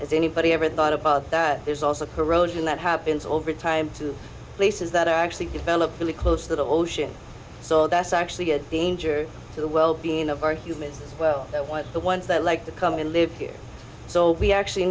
as anybody ever thought of that there's also corrosion that have been over time to places that are actually developed really close to the ocean so that's actually a danger to the well being of our human well one of the ones that like to come in live here we actually